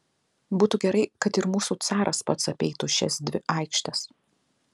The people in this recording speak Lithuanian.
būtų gerai kad ir mūsų caras pats apeitų šias dvi aikštes